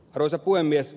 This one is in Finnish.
arvoisa puhemies